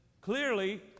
clearly